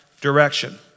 direction